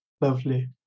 lovely